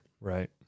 Right